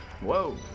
Whoa